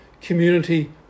community